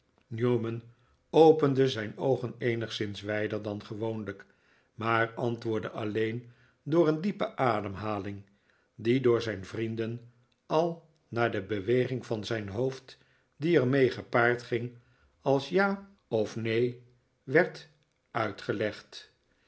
newman opende zijn oogen eenigszins wijder dan gewoonlijk maar antwoordde alleen door een diepe ademhaling die door zijn vrienden al naar de beweging van zijn hoofd die er mee gepaard ging als j a of n e e n werd uitgelegd